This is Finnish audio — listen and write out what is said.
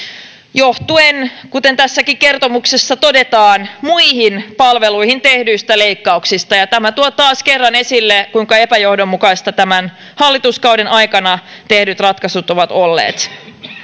johtuen kuten tässäkin kertomuksessa todetaan muihin palveluihin tehdyistä leikkauksista tämä tuo taas kerran esille kuinka epäjohdonmukaisia tämän hallituskauden aikana tehdyt ratkaisut ovat olleet